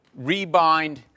rebind